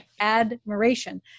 admiration